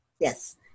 yes